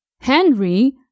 Henry